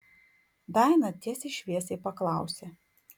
daina tiesiai šviesiai paklausė